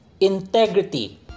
integrity